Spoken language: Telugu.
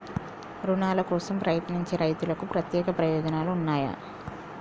రుణాల కోసం ప్రయత్నించే రైతులకు ప్రత్యేక ప్రయోజనాలు ఉన్నయా?